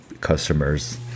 customers